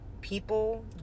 People